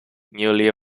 newly